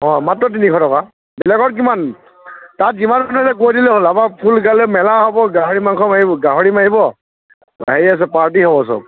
অঁ মাত্ৰ তিনিশ টকা বেলেগত কিমান তাত যিমান মানুহ আছে কৈ দিলে হ'ল আমাৰ ফুল কাইলৈ মেলা হ'ব গাহৰি মাংস মাৰিব গাহৰি মাৰিব আহি আছে পাৰ্টি হ'ব চব